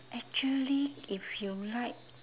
actually if you like